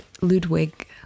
Ludwig